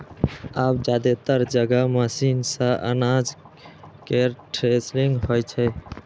आब जादेतर जगह मशीने सं अनाज केर थ्रेसिंग होइ छै